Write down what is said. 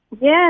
Yes